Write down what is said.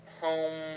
home